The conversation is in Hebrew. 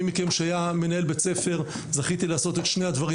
מי מכם שהיה מנהל בית ספר - זכיתי לעשות את שני הדברים